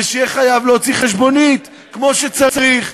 ושיהיה חייב להוציא חשבונית כמו שצריך.